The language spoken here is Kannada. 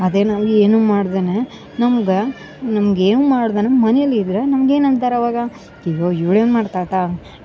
ಅದೆ ನಮ್ಗ ಏನು ಮಾಡ್ದೇನೆ ನಮ್ಗ ನಮಗೆ ಏನು ಮಾಡ್ದೆನ ಮನೇಲಿ ಇದ್ದರೆ ನಮ್ಗ ಏನಂತಾರ ಅವಾಗ ಅಯ್ಯೋ ಇವ್ಳೇನು ಮಾಡ್ತಾಳೆ ತಾ